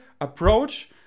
approach